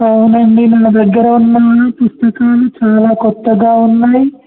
అవునండి నా దగ్గర ఉన్న పుస్తకాలు చాలా కొత్తగా ఉన్నాయి